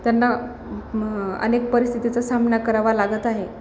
त्यांना अनेक परिस्थितीचा सामना करावा लागत आहे